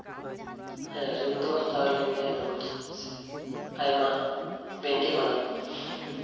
ᱦᱮᱸ ᱨᱤᱱ ᱫᱚ ᱦᱟᱛᱟᱣ ᱦᱩᱭ ᱞᱮᱱ ᱜᱮᱭᱟ ᱱᱚᱝᱠᱟ ᱪᱮᱫᱟᱜ ᱥᱮ ᱟᱭᱢᱟ ᱵᱮᱝᱠᱮ ᱠᱷᱚᱱᱟᱜ